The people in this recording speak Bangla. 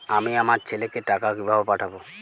আমি আমার ছেলেকে টাকা কিভাবে পাঠাব?